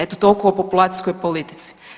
Eto, toliko o populacijskoj politici.